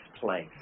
place